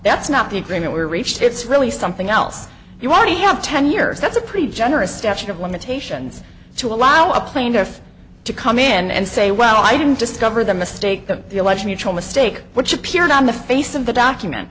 that's not the agreement we reached it's really something else you already have ten years that's a pretty generous statute of limitations to allow a plaintiff to come in and say well i didn't discover the mistake the election you told mistake which appeared on the face of the document